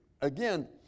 again